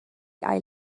ail